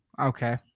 okay